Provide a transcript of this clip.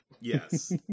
Yes